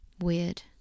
weird